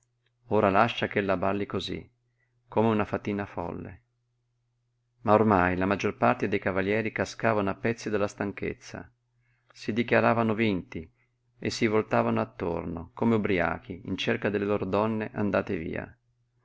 ora lascia ch'ella balli cosí come una fatina folle ma ormai la maggior parte dei cavalieri cascavano a pezzi dalla stanchezza si dichiaravano vinti e si voltavano attorno come ubriachi in cerca delle loro donne andate via